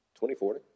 2040